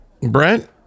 brent